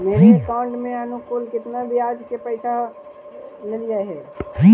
मेरे अकाउंट में अनुकुल केतना बियाज के पैसा अलैयहे?